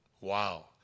Wow